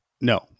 No